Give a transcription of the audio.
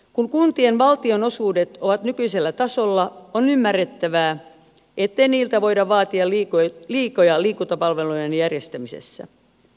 kun kuntien valtionosuudet ovat nykyisellä tasolla on ymmärrettävää ettei niiltä voida vaatia liikoja liikuntapalvelujen järjestämisessä